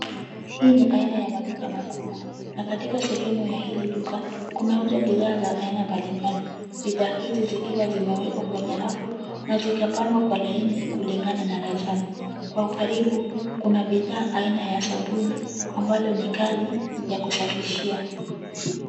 Hii ni aina ya maduka makubwa na katika sehemu ya hili duka kunauzwa bidhaa za aina mbalimbali. Bidhaa hizi zikiwa zimeekwa kwenye rafu na zikapangwa kwa laini kulingana na rancham .Kwa ukaribu, kuna bidhaa aina ya sabuni ambayo ni kali kwa kusafishia.